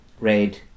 Red